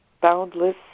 boundless